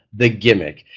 the gimmick,